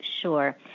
Sure